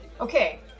Okay